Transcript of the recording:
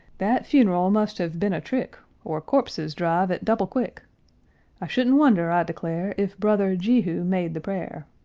that funeral must have been a trick, or corpses drive at double-quick i shouldn't wonder, i declare, if brother jehu made the prayer!